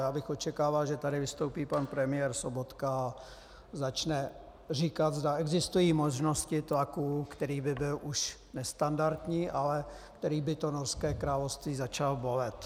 Já bych očekával, že tady vystoupí pan premiér Sobotka a začne říkat, zda existují možnosti tlaku, který by byl už nestandardní, ale který by Norské království začal bolet.